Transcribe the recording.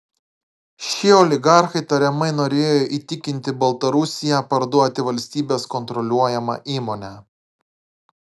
šie oligarchai tariamai norėjo įtikinti baltarusiją parduoti valstybės kontroliuojamą įmonę